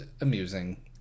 amusing